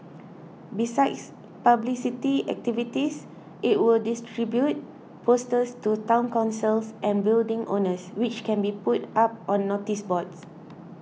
besides publicity activities it will distribute posters to Town Councils and building owners which can be put up on noticeboards